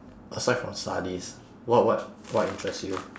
aside from studies what what what interest you